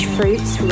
Fruits